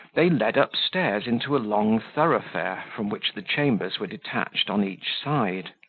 they led upstairs into a long thoroughfare, from which the chambers were detached on each side.